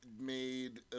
made